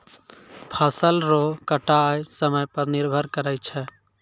फसल रो कटाय समय पर निर्भर करै छै